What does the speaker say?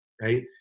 right